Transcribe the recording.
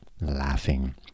laughing